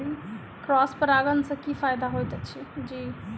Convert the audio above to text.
Cross परागण सँ की फायदा हएत अछि?